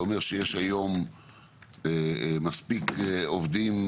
זה אומר שיש היום מספיק עובדים